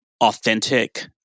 authentic